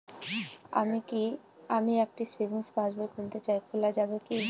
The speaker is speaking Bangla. আমি একটি সেভিংস পাসবই খুলতে চাই খোলা যাবে কি?